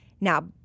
Now